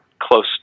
close